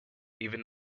even